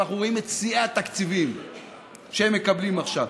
אנחנו רואים את שיאי התקציבים שהם מקבלים עכשיו,